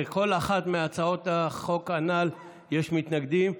לכל אחת מהצעות החוק הנ"ל יש מתנגדים.